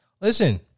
listen